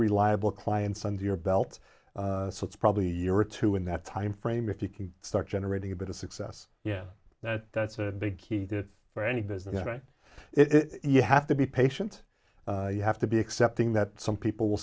reliable clients and your belt so it's probably year or two in that time frame if you can start generating a bit of success yeah that that's a big key for any business right if you have to be patient you have to be accepting that some people will